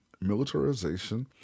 militarization